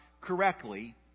correctly